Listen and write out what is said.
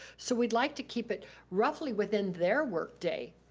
so we'd like to keep it roughly within their workday,